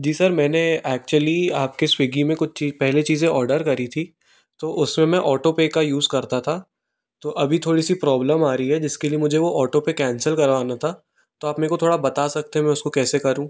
जी sir मैंने actually आपके Swiggy में कुछ चीज पहले चीज़ें ऑर्डर करी थी तो उस समय ऑटो पे का यूज़ करता था तो अभी थोड़ी सी प्रोब्लम आ रही है जिसके लिए मुझे वो ऑटो पे कैंसल करवाना था तो आप मेको थोड़ा बता सकते हो मैं उसको कैसे करूँ